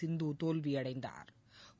சிந்து தோல்வியடைந்தாா்